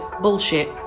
bullshit